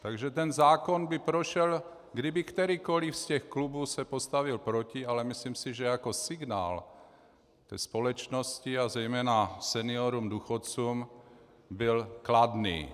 Takže zákon by prošel, kdyby kterýkoliv z klubů se postavil proti, ale myslím si, že jako signál společnosti a zejména seniorům důchodcům byl kladný.